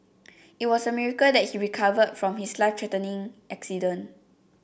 it was a miracle that he recovered from his life threatening accident